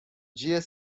dia